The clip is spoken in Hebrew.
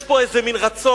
יש פה איזה מין רצון